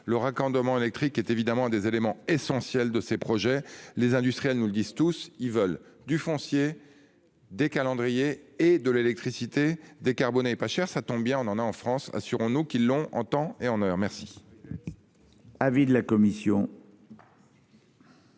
le raccordement électrique est évidemment un des éléments essentiels de ces projets. Les industriels nous le disent tous, ils veulent du foncier. Des calendriers et de l'électricité décarbonnée pas cher. Ça tombe bien, on en a en France, assurons-nous qu'ils l'ont en temps et en heure. Merci.